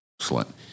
Excellent